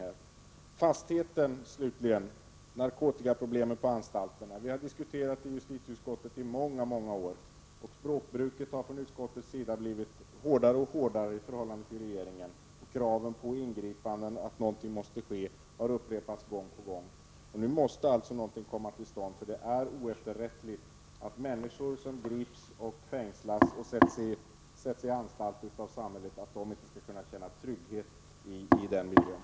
Vad slutligen gäller fastheten och narkotikaproblemen på anstalterna har vi diskuterat detta under många år i justitieutskottet. Språkbruket har från utskottets sida blivit hårdare och hårdare i förhållande till regeringen, och nu måste någonting komma till stånd. Kraven på ingripanden har upprepats gång på gång. Det är oefterrättligt att människor som grips och fängslas och sätts i anstalt av samhället inte skall kunna känna trygghet i den miljön.